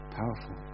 powerful